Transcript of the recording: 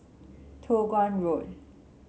Toh Guan Road